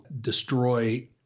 destroy